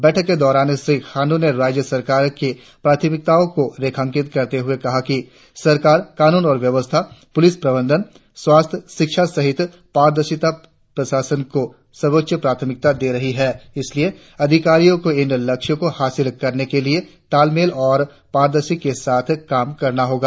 बैठक के दौरान श्री खाण्ड्र ने राज्य सरकार के प्रथमिकताओं को रेखांकित करते हुए कहा कि सरकार कानून और व्यवस्था पुलिस प्रबंधन स्वास्थ्य शिक्षा सहित पारदर्शी प्रशासन को सर्वोच्च प्राथमिकता दे रही है इसलिए अधिकारियों को इन लक्ष्यों को हासिल करने के लिए ताल मेल और पारदर्शी के साथ काम करना होगा